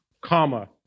comma